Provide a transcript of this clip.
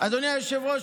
אדוני היושב-ראש,